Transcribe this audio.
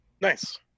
Nice